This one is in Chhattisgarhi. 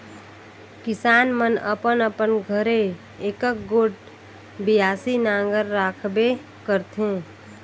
किसान मन अपन अपन घरे एकक गोट बियासी नांगर राखबे करथे